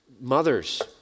mothers